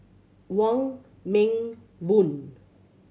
Wong Meng Voon